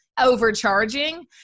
overcharging